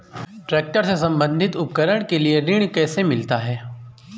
Tractor से संबंधित उपकरण के लिए ऋण कैसे मिलता है?